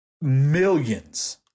millions